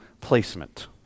placement